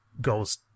goes